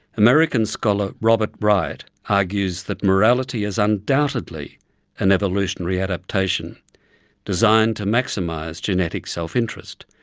american scholar robert wright argues that morality is undoubtedly an evolutionary adaptation designed to maximize genetic self-interest,